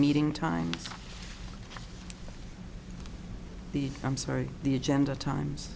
meeting time the i'm sorry the agenda times